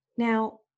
Now